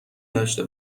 داشته